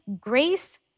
grace